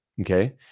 Okay